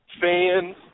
fans